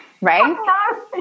right